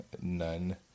none